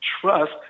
Trust